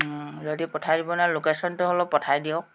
যদি পঠাই দিব নোৱাৰে লোকেশ্যনটো হ'লেও পঠাই দিয়ক